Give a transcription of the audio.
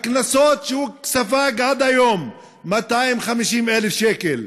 הקנסות שהוא ספג עד היום, 250,000 שקל,